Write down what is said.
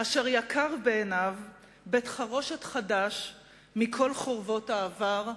אשר יקר בעיניו בית-חרושת חדש מכל חורבות העבר,